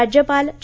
राज्यपाल चे